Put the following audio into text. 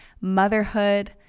motherhood